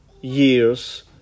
years